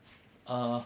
err